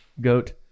Goat